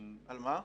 על מה?